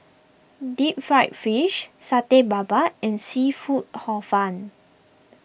Deep Fried Fish Satay Babat and Seafood Hor Fun